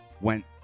went